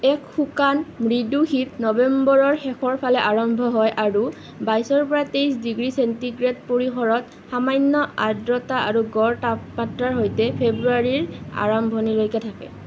এক শুকান মৃদু শীত নৱেম্বৰৰ শেষৰ ফালে আৰম্ভ হয় আৰু বাইছৰ পৰা তেইছ ডিগ্ৰী চেণ্টিগ্ৰেড পৰিসৰত সামান্য আৰ্দ্ৰতা আৰু গড় তাপমাত্ৰাৰ সৈতে ফেব্ৰুৱাৰীৰ আৰম্ভণিলৈকে থাকে